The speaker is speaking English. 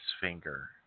finger